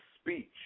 speech